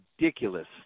ridiculous